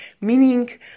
Meaning